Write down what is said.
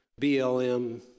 BLM